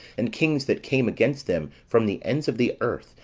and kings that came against them from the ends of the earth,